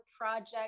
project